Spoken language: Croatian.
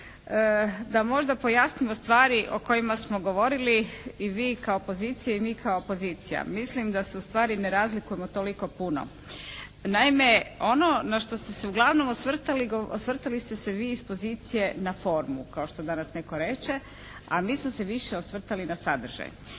da možda pojasnimo stvari o kojima smo govorili i vi kao poziciji mi kao opozicija. Mislim da se ustvari ne razlikujemo toliko puno. Naime, ono na što ste se uglavnom osvrtali osvrtali ste se vi iz pozicije na formu, kao što danas netko reče, a mi smo se više osvrtali na sadržaj.